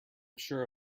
sure